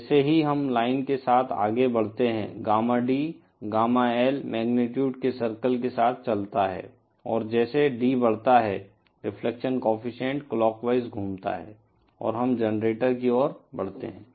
जैसे ही हम लाइन के साथ आगे बढ़ते हैं gamma D gamma L magnitude के सर्किल के साथ चलता है और जैसे D बढ़ता है रिफ्लेक्शन कोएफ़िशिएंट क्लॉकवाइज घूमता है और हम जनरेटर की ओर बढ़ते हैं